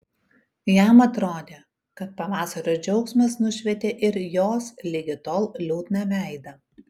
jam atrodė kad pavasario džiaugsmas nušvietė ir jos ligi tol liūdną veidą